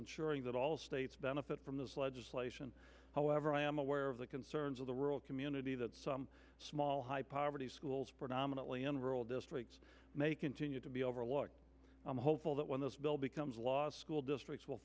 ensuring that all states benefit from this legislation however i am aware of the concerns of the rural community that small high poverty schools predominantly in rural districts may continue to be overlooked i'm hopeful that when this bill becomes law school districts will